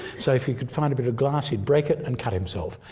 so if he could find a bit of glass he'd break it and cut himself,